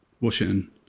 Washington